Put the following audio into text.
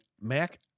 Mac